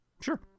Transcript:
Sure